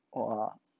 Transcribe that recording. !wah!